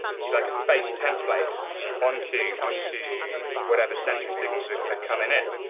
if you'd like, a face template onto onto whatever sensory signals are coming in.